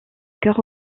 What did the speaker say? cœur